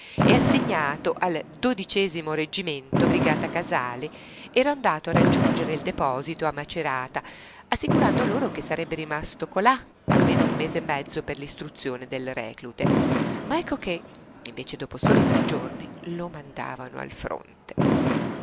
e assegnato al reggimento brigata casale era andato a raggiungere il deposito a macerata assicurando loro che sarebbe rimasto colà almeno un mese e mezzo per l'istruzione delle reclute ma ecco che invece dopo tre soli giorni lo mandavano al fronte